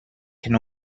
can